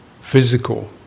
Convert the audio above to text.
physical